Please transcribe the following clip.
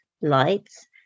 lights